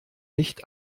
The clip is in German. nicht